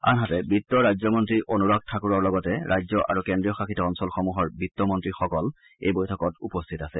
আনহাতে বিত্ত ৰাজ্যমন্ত্ৰী অনুৰাগ ঠাকুৰৰ লগতে ৰাজ্য আৰু কেন্দ্ৰীয় শাসিত অঞ্চলসমূহৰ বিত্তমন্ত্ৰীসকল এই বৈঠকত উপস্থিত আছে